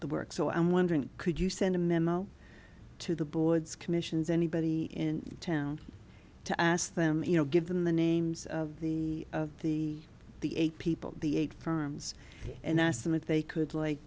the work so i'm wondering could you send a memo to the boards commissions anybody in town to ask them you know given the names of the of the the eight people the eight firms and asked them if they could like